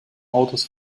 autos